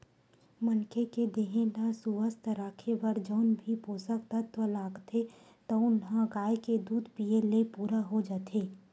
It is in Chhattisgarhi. मनखे के देहे ल सुवस्थ राखे बर जउन भी पोसक तत्व लागथे तउन ह गाय के दूद पीए ले पूरा हो जाथे